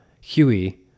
Huey